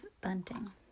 bunting